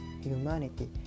humanity